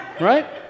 right